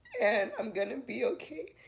and i'm gonna be okay.